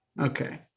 Okay